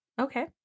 Okay